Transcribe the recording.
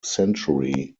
century